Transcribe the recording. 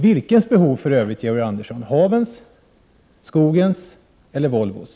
Vems behov skall ni tillgodose, Georg Andersson: havens, skogens eller Volvos?